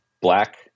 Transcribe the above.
black